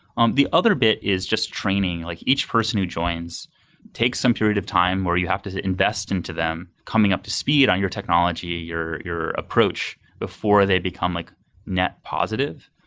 the other bit is just training, like each person who joins take some period of time where you have to invest into them, coming up to speed on your technology, your your approach, before they become like net positive.